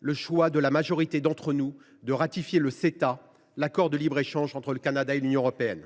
le choix de la majorité d’entre nous de ratifier le Ceta, cet accord de libre échange entre le Canada et l’Union européenne.